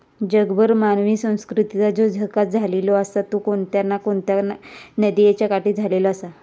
जगभर मानवी संस्कृतीचा जो इकास झालेलो आसा तो कोणत्या ना कोणत्या नदीयेच्या काठी झालेलो आसा